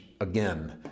again